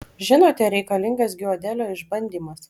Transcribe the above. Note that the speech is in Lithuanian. žinote reikalingas giodelio išbandymas